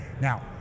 Now